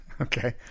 Okay